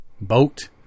boat